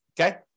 Okay